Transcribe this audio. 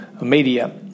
media